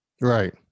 Right